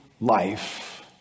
life